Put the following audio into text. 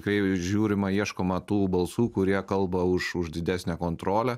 kreivai žiūrima ieškoma tų balsų kurie kalba už už didesnę kontrolę